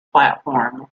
platform